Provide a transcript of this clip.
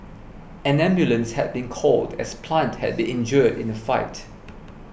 an ambulance had been called as Plant had been injured in the fight